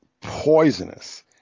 poisonous